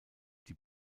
die